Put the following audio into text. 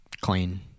clean